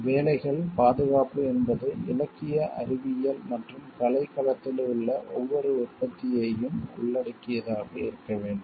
வேலைகள் பாதுகாப்பு என்பது இலக்கிய அறிவியல் மற்றும் கலை களத்தில் உள்ள ஒவ்வொரு உற்பத்தியையும் உள்ளடக்கியதாக இருக்க வேண்டும்